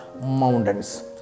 mountains